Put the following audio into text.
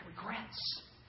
regrets